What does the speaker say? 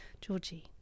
Georgie